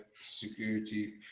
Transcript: security